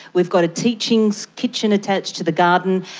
we've got a teaching so kitchen attached to the garden.